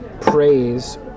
praise